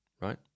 right